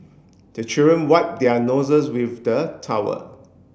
the children wipe their noses with the towel